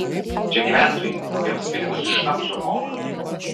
čia gyventojai kuriems pinigus šnapsui moka